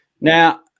Now